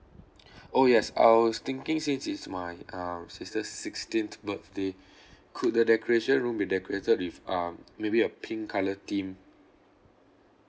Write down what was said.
oh yes I was thinking since it's my uh sister's sixteenth birthday could the decoration room be decorated with um maybe a pink colour theme